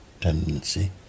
tendency